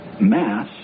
mass